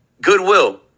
Goodwill